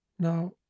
Now